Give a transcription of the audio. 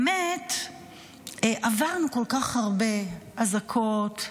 באמת עברנו כל כך הרבה אזעקות,